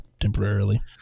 temporarily